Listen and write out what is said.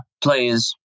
players